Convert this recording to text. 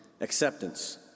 acceptance